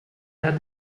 dead